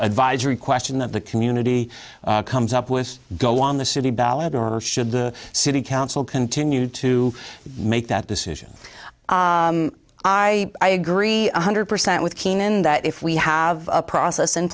dvisory question that the community comes up with go on the city ballot nor should the city council continue to make that decision i agree one hundred percent with keenan that if we have a process in